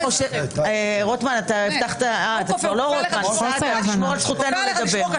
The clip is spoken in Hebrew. סעדה, תשמור על זכותנו לדבר.